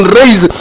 raise